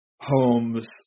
Holmes